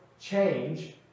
change